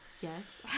Yes